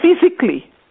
physically